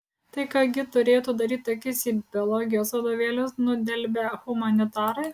tai ką gi turėtų daryti akis į biologijos vadovėlius nudelbę humanitarai